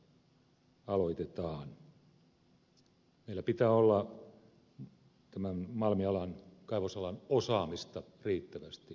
meillä pitää olla malmialan kaivosalan osaamista riittävästi